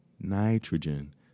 nitrogen